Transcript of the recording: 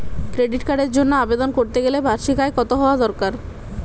Credit কার্ডের জন্য আবেদন করতে গেলে বার্ষিক আয় কত হওয়া দরকার?